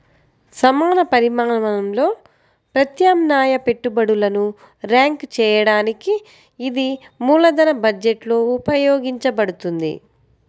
సమాన పరిమాణంలో ప్రత్యామ్నాయ పెట్టుబడులను ర్యాంక్ చేయడానికి ఇది మూలధన బడ్జెట్లో ఉపయోగించబడుతుంది